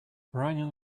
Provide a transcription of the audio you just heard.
running